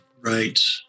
Right